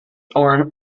orm